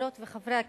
חברות וחברי הכנסת,